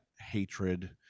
hatred